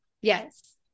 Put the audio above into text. Yes